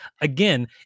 Again